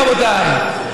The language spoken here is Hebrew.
רבותיי,